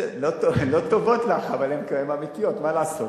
בסדר, הן לא טובות לך, אבל הן אמיתיות, מה לעשות.